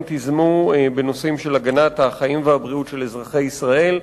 תיזמו בנושאים של הגנת החיים והבריאות של אזרחי ישראל.